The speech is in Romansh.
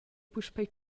puspei